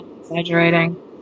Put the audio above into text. exaggerating